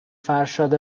فرشاد